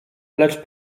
lecz